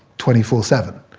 twenty four seven.